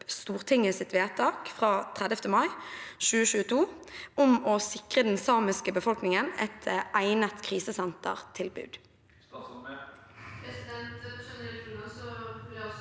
Stortingets vedtak fra 30. mai 2022 om å sikre den samiske befolkningen et egnet krisesentertilbud.